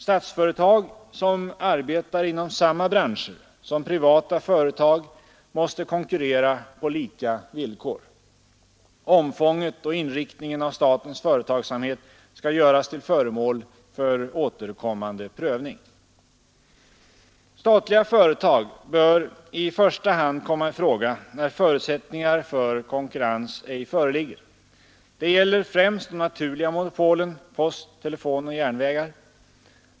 Statsföretag som arbetar inom samma branscher som privata företag måste konkurrera på lika villkor. Omfånget och inriktningen av statens företagsamhet skall göras till föremål för återkommande prövning. Statliga företag bör i första hand komma i fråga när förutsättningar för konkurrens ej föreligger. Det gäller främst de naturliga monopolen — post, telefon och järnvägar.